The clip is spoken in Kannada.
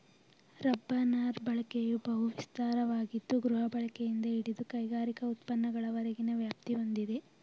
ರಬ್ಬರ್ನ ಬಳಕೆಯು ಬಹು ವಿಸ್ತಾರವಾಗಿದ್ದು ಗೃಹಬಳಕೆಯಿಂದ ಹಿಡಿದು ಕೈಗಾರಿಕಾ ಉತ್ಪನ್ನಗಳವರೆಗಿನ ವ್ಯಾಪ್ತಿ ಹೊಂದಿದೆ